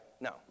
No